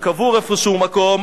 שקבור באיזה מקום,